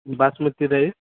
basmati rice